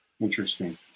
interesting